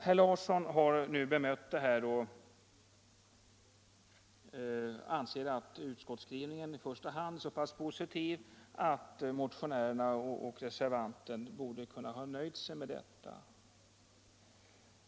Herr Larsson i Vänersborg har nu bemött argumenten och anser att utskottsskrivningen i första hand är så pass positiv att motionärerna och reservanten borde kunna nöja sig med detta.